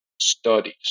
studies